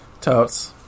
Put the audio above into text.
Totes